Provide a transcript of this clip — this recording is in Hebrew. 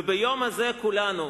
וביום הזה כולנו,